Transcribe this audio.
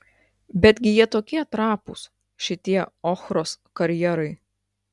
betgi jie tokie trapūs šitie ochros karjerai